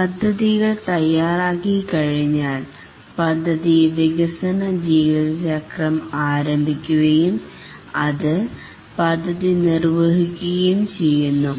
പദ്ധതികൾ തയ്യാറാക്കി കഴിഞ്ഞാൽ പദ്ധതി വികസന ജീവിതചക്രം ആരംഭിക്കുകയും അത് പദ്ധതി നിർവഹിക്കുകയും ചെയ്യുന്നു